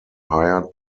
hired